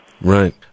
Right